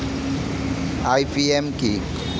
IPM কি?